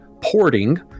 porting